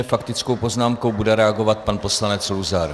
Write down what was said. Faktickou poznámkou bude reagovat pan poslanec Luzar.